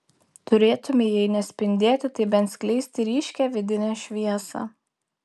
turėtumei jei ne spindėti tai bent skleisti ryškią vidinę šviesą